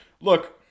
Look